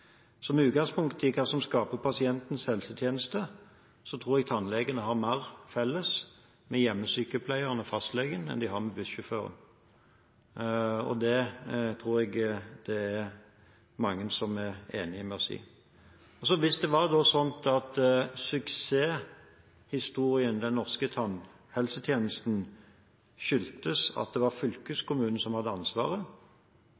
utgangspunkt i hva som skaper pasientens helsetjeneste, tror jeg tannlegene har mer til felles med hjemmesykepleierne og fastlegen enn de har med bussjåføren. Det tror jeg det er mange som er enig med oss i. Hvis det var slik at suksesshistorien den norske tannhelsetjenesten skyldtes at det var fylkeskommunen som hadde ansvaret,